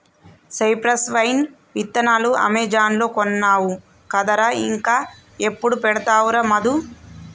cypress vine విత్తనాలు Amazon లో కొన్నావు కదరా ఇంకా ఎప్పుడు పెడతావురా మధు